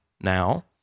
now